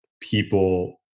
people